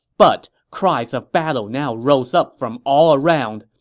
but cries of battle now rose up from all around.